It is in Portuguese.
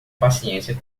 paciência